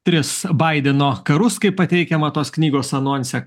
tris baideno karus kaip pateikiama tos knygos anonse